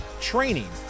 training